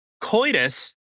coitus